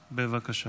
בבקשה.